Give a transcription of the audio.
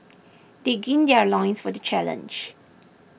they gird their loins for the challenge